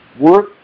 work